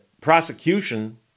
prosecution